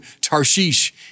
Tarshish